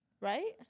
Right